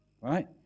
Right